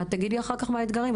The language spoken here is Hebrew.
את תגידי אחר כך מה האתגרים,